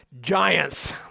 giants